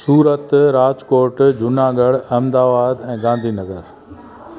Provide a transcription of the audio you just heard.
सूरत राजकोट जूनागढ़ अहमदाबाद ऐं गांधी नगर